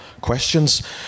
questions